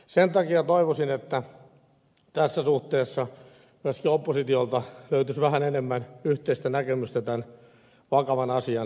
sen takia toivoisin että tässä suhteessa myöskin oppositiolta löytyisi vähän enemmän yhteistä näkemystä tämän vakavan asian suhteen